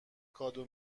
کادو